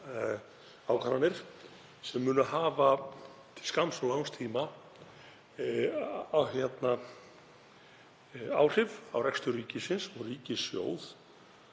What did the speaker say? ákvarðanir sem munu hafa til skamms og langs tíma áhrif á rekstur ríkisins, á ríkissjóð.